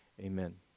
Amen